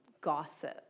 gossip